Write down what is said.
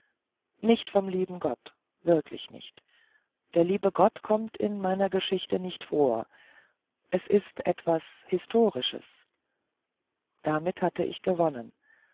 nicht vom lieben gott wirklich nicht der liebe gott kommt in meiner geschichte nicht vor es ist etwas historisches damit hatte ich gewonnen